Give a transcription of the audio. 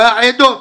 והעדות,